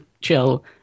chill